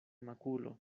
makulo